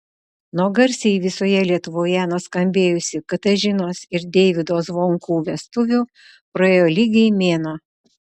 nuo garsiai visoje lietuvoje nuskambėjusių katažinos ir deivydo zvonkų vestuvių praėjo lygiai mėnuo